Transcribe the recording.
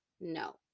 No